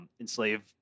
Enslave